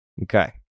Okay